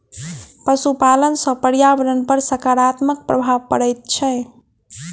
पशुपालन सॅ पर्यावरण पर साकारात्मक प्रभाव पड़ैत छै